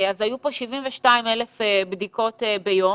היו פה 32,000 בדיקות ביום.